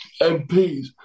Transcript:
MPs